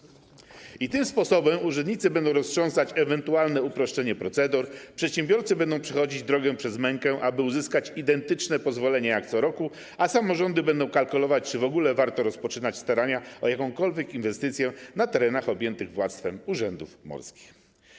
I tym sposobem urzędnicy będą roztrząsać ewentualne uproszczenie procedur, przedsiębiorcy będą przechodzić drogę przez mękę, aby uzyskać identyczne pozwolenie jak co roku, a samorządy będą kalkulować, czy w ogóle warto rozpoczynać starania o jakąkolwiek inwestycję na terenach objętych władztwem urzędów morskich.